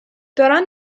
دارن